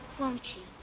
won't you?